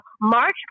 March